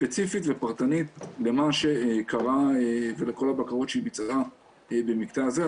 ספציפית ופרטנית למה שקרה ולכל הבקרות שהיא ביצעה במקטע הזה.